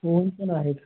oven पण आहेत